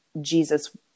Jesus